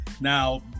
Now